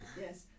Yes